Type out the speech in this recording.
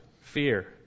fear